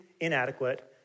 inadequate